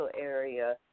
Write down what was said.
area